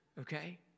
okay